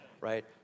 Right